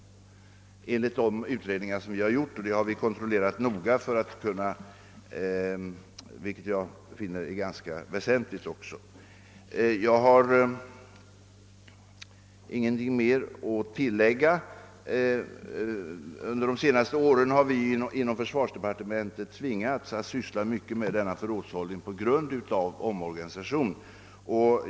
Detta framgår av de utredningar vi gjort, vilkas resultat vi noga kontrollerat — det har jag funnit vara ganska väsentligt. Jag har inget ytterligare att tillägga i sakfrågan. Under de senaste åren har vi inom försvarsdepartementet tvingats ägna oss i stor utsträckning åt förrådshållningsfrågor med anledning av den pågående omorganisationen.